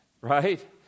right